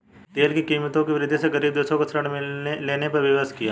तेल की कीमतों की वृद्धि ने गरीब देशों को ऋण लेने पर विवश किया